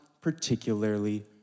particularly